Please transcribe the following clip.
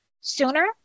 sooner